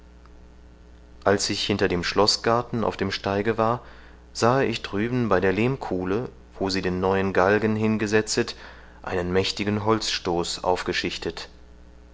als ich hinter dem schloßgarten auf dem steige war sahe ich drüben bei der lehmkuhle wo sie den neuen galgen hingesetzet einen mächtigen holzstoß aufgeschichtet